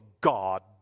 God